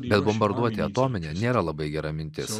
bet bombarduoti atominę nėra labai gera mintis